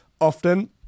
often